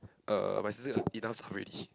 uh my sister enough stuff already